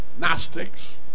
Gnostics